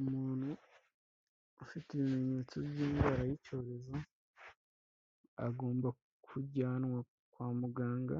Umuntu ufite ibimenyetso by'indwara y'icyorezo, agomba kujyanwa kwa muganga,